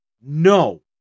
No